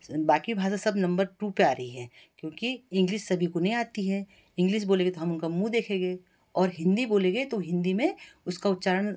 बाकी भाषा सब नंबर टू पे आ रही हैं क्योंकि इंग्लीस सभी को नहीं आती है इंग्लीस बोलेंगे तो हम उनका मुँह देखेंगे और हिंदी बोलेंगे तो हिंदी में उसका उच्चारण